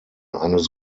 eines